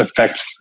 affects